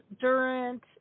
Durant